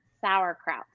sauerkraut